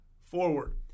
forward